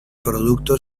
producto